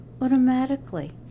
automatically